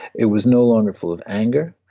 it was no longer full of anger,